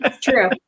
True